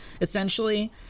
essentially